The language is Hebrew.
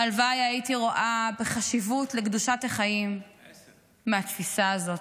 הלוואי שהייתי רואה בחשיבות קדושת החיים מהתפיסה הזו.